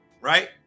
Right